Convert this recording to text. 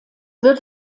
wird